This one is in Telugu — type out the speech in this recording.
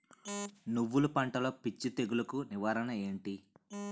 నువ్వులు పంటలో పిచ్చి తెగులకి నివారణ ఏంటి?